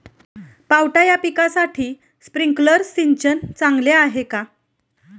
पावटा या पिकासाठी स्प्रिंकलर सिंचन चांगले आहे का?